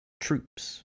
Troops